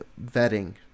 vetting